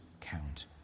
count